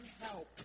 help